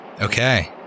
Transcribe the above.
Okay